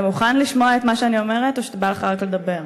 אתה מוכן לשמוע את מה שאני אומרת או שבא לך רק לדבר?